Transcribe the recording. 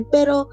Pero